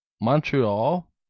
Montreal